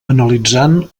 analitzant